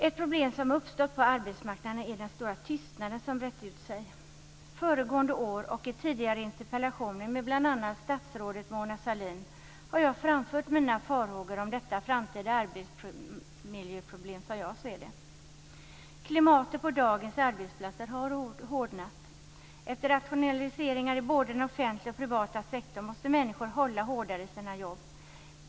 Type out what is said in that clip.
Ett problem som har uppstått på arbetsmarknaden är den stora tystnaden som brett ut sig. Föregående år och i tidigare interpellationsdebatter med bl.a. statsrådet Mona Sahlin har jag framfört mina farhågor om detta framtida arbetsmiljöproblem, som jag ser det. Klimatet på dagens arbetsplatser har hårdnat. Efter rationaliseringar i både den offentliga och den privata sektorn måste människor hålla hårdare i sina jobb.